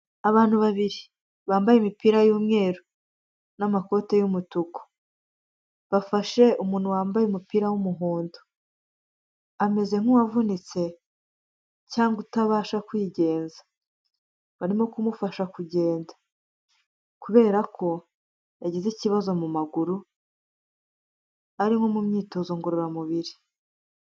Abantu babiri, bambaye imipira y'umweru, n'amakoti y'umutuku, bafashe umuntu wambaye umupira w'umuhondo. Ameze nk'uwavunitse, cyangwa utabasha kwigenza. Barimo kumufasha kugenda; kubera ko yagize ikibazo mu maguru, ari nko mu myitozo ngororamubiri.